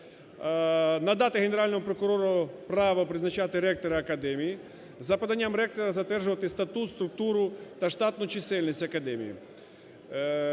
надати Генеральному прокурору право призначати ректора академії. За подаянням ректора затверджувати статут, структура та штатну чисельність академії.